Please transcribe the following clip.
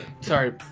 sorry